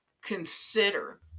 consider